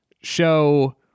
show